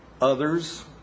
Others